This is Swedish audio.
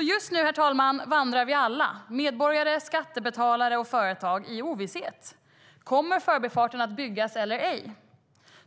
Just nu, herr talman, vandrar vi alla - medborgare, skattebetalare och företag - i ovisshet. Kommer Förbifarten att byggas eller ej?